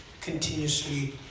continuously